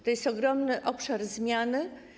To jest ogromny obszar zmian.